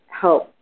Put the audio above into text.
help